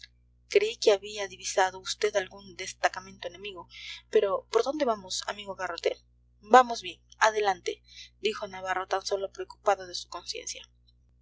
creí que había divisado vd algún destacamento enemigo pero por dónde vamos amigo garrote vamos bien adelante dijo navarro tan sólo preocupado de su conciencia